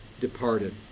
departed